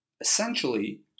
Essentially